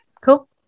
Cool